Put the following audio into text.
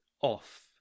off